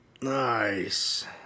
Nice